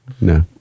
No